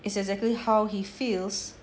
it's exactly how he feels